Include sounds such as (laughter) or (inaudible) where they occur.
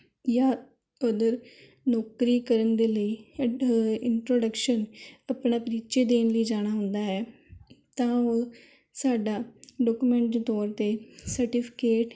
ਜਾਂ ਉੱਧਰ ਨੌਕਰੀ ਕਰਨ ਦੇ ਲਈ (unintelligible) ਇੰਟਰੋਡਕਸ਼ਨ ਆਪਣਾ ਪਰਿਚੈ ਦੇਣ ਲਈ ਜਾਣਾ ਹੁੰਦਾ ਹੈ ਤਾਂ ਉਹ ਸਾਡਾ ਡੋਕੂਮੈਂਟ ਦੇ ਤੌਰ 'ਤੇ ਸਰਟੀਫਿਕੇਟ